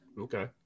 Okay